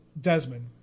Desmond